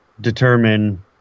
determine